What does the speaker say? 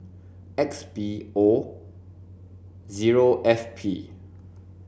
X B O zero F P